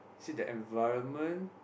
is it the environment